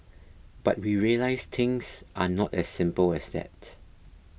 but we realised things are not as simple as that